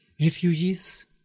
refugees